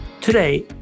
Today